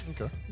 Okay